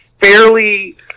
fairly